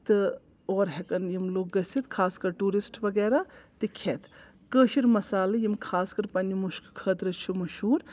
تہٕ اور ہٮ۪کَن یِم لُکھ گٔژھِتھ خاص کر ٹیٛوٗرِسٹہٕ وغیرہ تہٕ کھٮ۪تھ کٲشِر مصالہٕ یِم خاص کَر پننہِ مُشکہٕ خٲطرٕ چھِ مشہوٗر